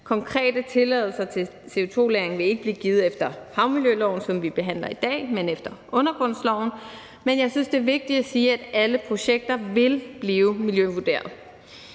Konkrete tilladelser til CO2-lagring vil ikke blive givet efter havmiljøloven, som vi behandler i dag, men efter undergrundsloven. Men jeg synes, det er vigtigt at sige, at alle projekter vil blive miljøvurderet.